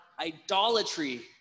idolatry